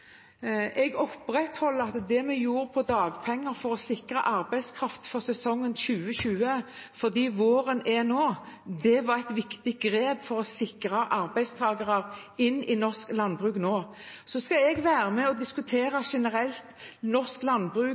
Jeg fastholder at det vi gjorde med dagpengene for å sikre arbeidskraft for sesongen 2020 – våren er kommet – var et viktig grep for å sikre arbeidstakere til norsk landbruk nå. Jeg kan være med på å diskutere norsk landbruk